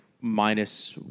minus